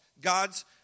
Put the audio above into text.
God's